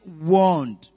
warned